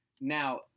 Now